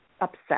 upset